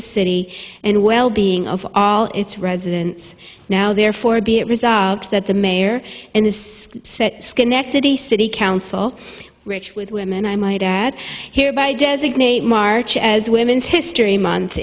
the city and wellbeing of all its residents now therefore be it resolved that the mayor and the set schenectady city council rich with women i might add hereby designate march as women's history month